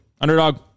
Underdog